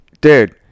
Dude